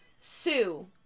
sue